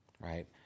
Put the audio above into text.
right